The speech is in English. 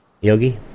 Yogi